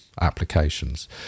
applications